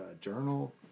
journal